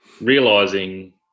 realizing